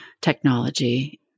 technology